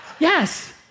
Yes